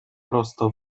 prosto